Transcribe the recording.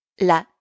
La